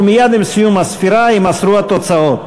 ומייד עם סיום הספירה יימסרו התוצאות.